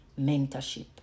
mentorship